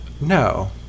No